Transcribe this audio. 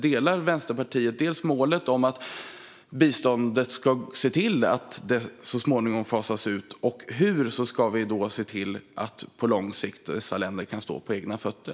Delar Vänsterpartiet målet att biståndet så småningom ska kunna fasas ut, och hur ska vi se till att dessa länder på lång sikt kan stå på egna ben?